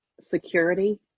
security